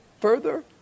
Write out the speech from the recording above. further